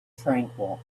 tranquil